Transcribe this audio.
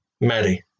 Maddie